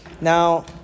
now